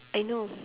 I know